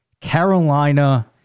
Carolina